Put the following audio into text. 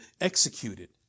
executed